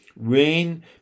Rain